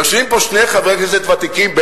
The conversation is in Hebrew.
ויושבים פה שני חברי כנסת ותיקים.